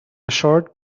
short